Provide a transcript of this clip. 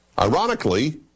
Ironically